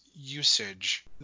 usage